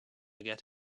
get